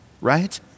right